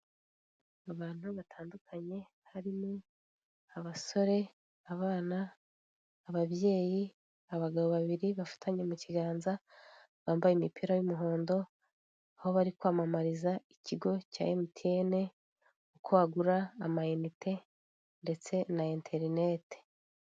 Abantu batandukanye barimo abasore, abana, ababyeyi, abagabo babiri bafatanye mu kiganza bambayei imipira y'imihondo, aho bari kwamamariza ikigo cya emutiyene ko wagura amayinite ndetse na interinete.